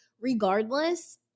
regardless